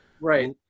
right